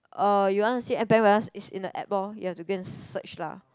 uh you want to see is in the app [lorh] you have to go and search lah